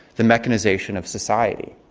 the mechanisation of society.